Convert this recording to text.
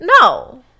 No